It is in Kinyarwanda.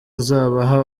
azabaha